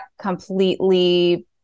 completely